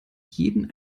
jeden